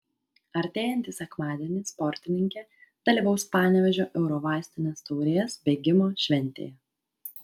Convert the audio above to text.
artėjantį sekmadienį sportininkė dalyvaus panevėžio eurovaistinės taurės bėgimo šventėje